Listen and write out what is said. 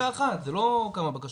נכון, זה לא כמה בקשות.